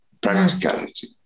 practicality